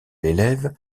élève